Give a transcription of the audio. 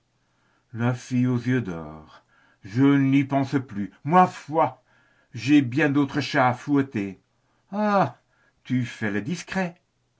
fille aux yeux d'or je n'y pense plus ma foi j'ai bien d'autres chats à fouetter ah tu fais le discret